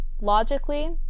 Logically